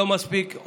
לא מספיק,